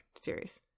series